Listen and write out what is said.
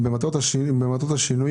במסגרת הסיוע